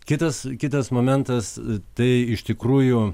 kitas kitas momentas tai iš tikrųjų